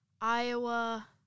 Iowa